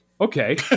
okay